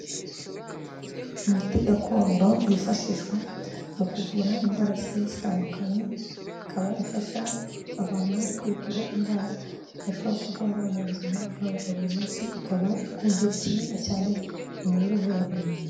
Imiti gakondo yifashishwa mu kuvura indwara zigiye zitandukanye, ikaba ifasha abantu kwivura indwara bashobora kurwara mu buzima bwabo bwa buri munsi, ikaba ikunze gukenerwa cyane mu mibereho ya buri muntu.